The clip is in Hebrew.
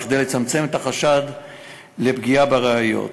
כדי לצמצם את החשד לפגיעה בראיות.